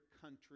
country